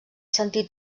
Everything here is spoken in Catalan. sentir